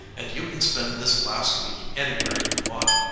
and you can spend this last week anywhere you want.